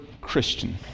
Christian